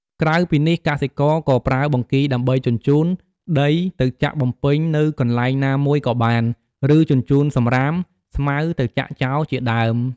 ក្រៅពីនេះកសិករក៏ប្រើបង្គីដើម្បីជញ្ចូន ដីទៅចាក់បំពេញនៅកន្លែងណាមួយក៏បាន ឬជញ្ចូនសំរាម ស្មៅទៅចាក់ចោលជាដើម។